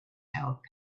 help